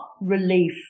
relief